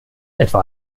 etwa